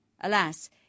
Alas